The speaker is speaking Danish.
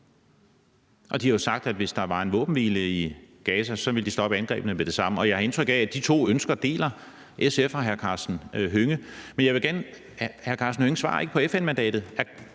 De har jo også sagt, at hvis der var en våbenhvile i Gaza, ville de stoppe angrebene med det samme. Jeg har indtryk af, at SF og hr. Karsten Hønge deler de to ønsker. Men hr. Karsten Hønge svarer ikke på spørgsmålet